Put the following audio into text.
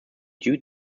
due